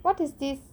what is this